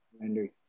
understand